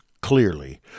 clearly